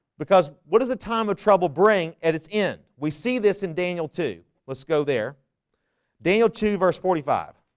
because what is the time of trouble bring at its end we see this in daniel two. let's go there daniel two verse forty five